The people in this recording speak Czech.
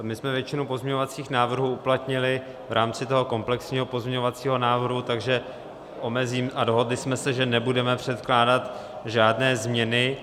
My jsme většinu pozměňovacích návrhů uplatnili v rámci komplexního pozměňovacího návrhu a dohodli jsme se, že nebudeme předkládat žádné změny.